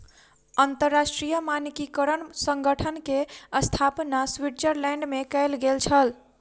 अंतरराष्ट्रीय मानकीकरण संगठन के स्थापना स्विट्ज़रलैंड में कयल गेल छल